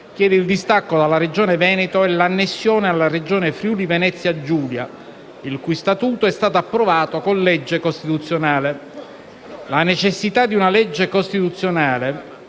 chiede il distacco dalla Regione Veneto e l'annessione alla Regione Friuli-Venezia Giulia, il cui Statuto è stato approvato con legge costituzionale. La necessità di una legge costituzionale